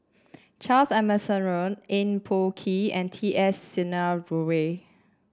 Charles Emmerson Eng Boh Kee and T S Sinnathuray